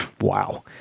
wow